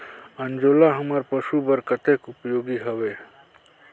अंजोला हमर पशु बर कतेक उपयोगी हवे?